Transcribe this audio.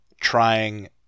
trying